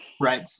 Right